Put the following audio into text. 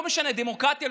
לא משנה דמוקרטיה,